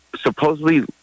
supposedly